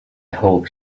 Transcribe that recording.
hope